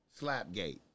Slapgate